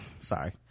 sorry